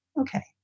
Okay